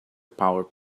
power